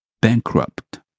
bankrupt